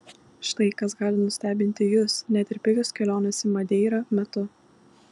štai kas gali nustebinti jus net ir pigios kelionės į madeirą metu